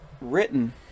written